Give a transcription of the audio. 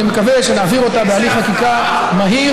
אני מקווה שנעביר אותה בהליך חקיקה מהיר,